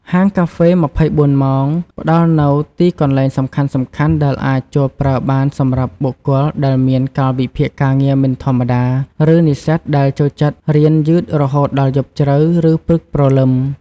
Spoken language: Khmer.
ហាងកាហ្វេ ២៤ ម៉ោងផ្តល់នូវទីកន្លែងសំខាន់ៗដែលអាចចូលប្រើបានសម្រាប់បុគ្គលដែលមាន កាលវិភាគការងារមិនធម្មតាឬ និស្សិត ដែលចូលចិត្តរៀនយឺតរហូតដល់យប់ជ្រៅ ឬព្រឹកព្រលឹម។